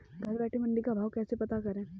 घर बैठे मंडी का भाव कैसे पता करें?